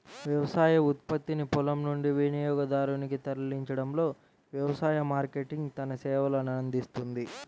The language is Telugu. వ్యవసాయ ఉత్పత్తిని పొలం నుండి వినియోగదారునికి తరలించడంలో వ్యవసాయ మార్కెటింగ్ తన సేవలనందిస్తుంది